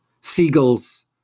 seagulls